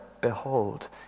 Behold